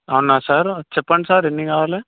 అవునా సార్ చెప్పండి సార్ ఎన్ని కావాలి